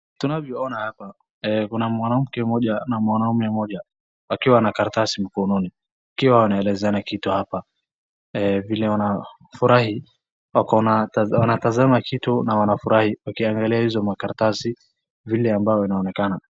Tunavyoona hapa kuna mwamke mmoja na mwanamume mmoja wakiwa na karatasi mkononi wakiwa wanaelezana kitu hapa. Vile wanafurahi wanatazama kitu na wanafurahi wakiangalia hizo makaratasi vile ambayo inaonekana.